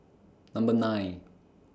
Number nine